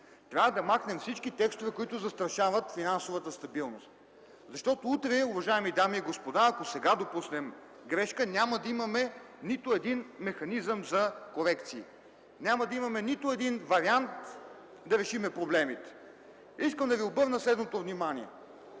Трябва да махнем всички текстове, които застрашават финансовата стабилност. Защото утре, уважаеми дами и господа, ако сега допуснем грешка, няма да имаме нито един механизъм за корекции, няма да имаме нито един вариант да решим проблемите. Искам да Ви обърна следното внимание.